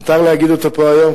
מותר להגיד את שמו פה היום,